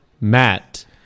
Matt